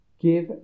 give